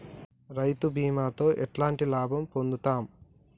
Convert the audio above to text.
రైతు బీమాతో ఎట్లాంటి లాభం పొందుతం?